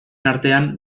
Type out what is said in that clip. artean